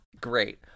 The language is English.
Great